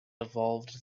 evolved